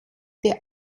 der